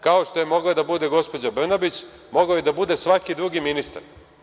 Kao što je mogla da bude gospođa Brnabić, mogao je da bude svaki drugi ministar.